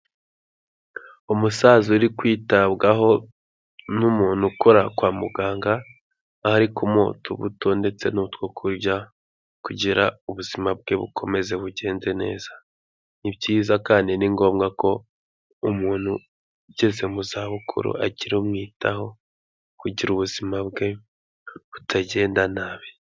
Umusaza uri kwitabwaho n'umuntu ukora kwa muganga, aho ari kumuha utubuto ndetse n'utwo kurya, kugira ubuzima bwe bukomeze bugenze neza, ni byiza kandi ni ngombwa ko umuntu ugeze mu za bukuru agira umwitaho, kugira ubuzima bwe butagenda nabi.